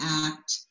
Act